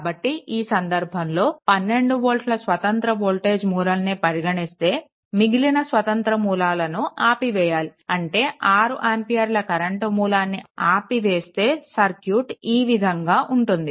కాబట్టి ఈ సంధర్భంలో 12 వోల్టా స్వతంత్ర వోల్టేజ్ మూలం ని పరిగణిస్తే మిగిలిన స్వతంత్ర మూలాలను ఆపివేయాలి అంటే 6 ఆంపియర్ల కరెంట్ మూలాన్ని ఆపివేస్తే సర్క్యూట్ ఈ విధంగా ఉంటుంది